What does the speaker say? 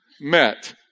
met